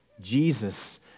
Jesus